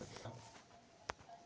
ई व्यवसाय से आप ल का समझ आथे?